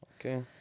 Okay